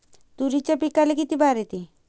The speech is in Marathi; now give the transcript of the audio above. तुरीच्या पिकाले किती बार येते?